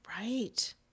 Right